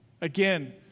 Again